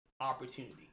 opportunity